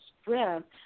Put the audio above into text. strength